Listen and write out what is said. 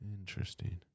Interesting